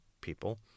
people